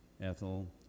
Ethel